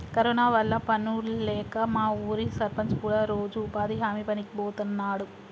corona వల్ల పనుల్లేక మా ఊరి సర్పంచ్ కూడా రోజూ ఉపాధి హామీ పనికి బోతన్నాడు